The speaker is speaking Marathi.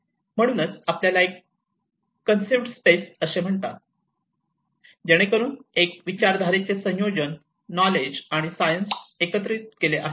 म्हणूनच आपल्याला एक कॉन्सइव्हड स्पेस असे म्हणतात जेणेकरून एक विचारधारेचे संयोजन नॉलेज आणि सायन्स आहे